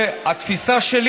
התפיסה שלי